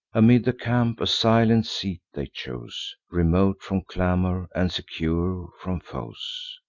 amid the camp a silent seat they chose, remote from clamor, and secure from foes.